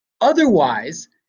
Otherwise